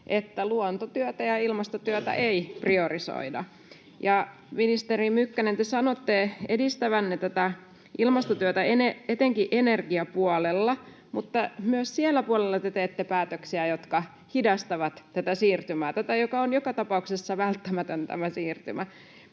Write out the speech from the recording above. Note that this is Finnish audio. että luontotyötä ja ilmastotyötä ei priorisoida. Ministeri Mykkänen, te sanotte edistävänne tätä ilmastotyötä etenkin energiapuolella, mutta myös siellä puolella te teette päätöksiä, jotka hidastavat tätä siirtymää, joka on joka tapauksessa välttämätön. Esimerkiksi